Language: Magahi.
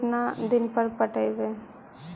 गेहूं केतना दिन पर पटइबै?